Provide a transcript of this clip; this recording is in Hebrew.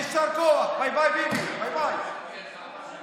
יישר כוח, חברי הרשימה המשותפת, יישר כוח.